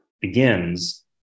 begins